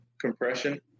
compression